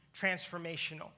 transformational